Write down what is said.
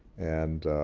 and,